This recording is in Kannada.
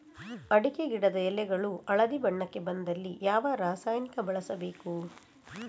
ಅಡಿಕೆ ಗಿಡದ ಎಳೆಗಳು ಹಳದಿ ಬಣ್ಣಕ್ಕೆ ಬಂದಲ್ಲಿ ಯಾವ ರಾಸಾಯನಿಕ ಬಳಸಬೇಕು?